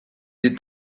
est